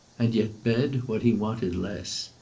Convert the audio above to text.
and yet bed what he wanted less.